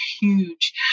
huge